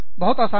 बहुत आसान है